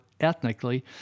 ethnically